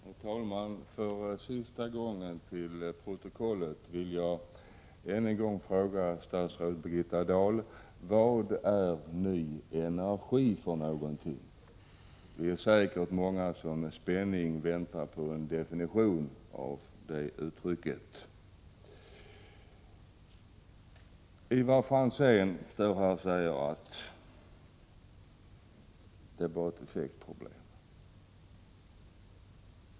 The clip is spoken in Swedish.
Herr talman! För sista gången vill jag fråga statsrådet Birgitta Dahl: Vad är ny energi? Det är säkert många som med spänning väntar på en definition av det uttrycket. Ivar Franzén säger att det bara är ett effektproblem.